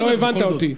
לא הבנת אותי.